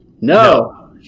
no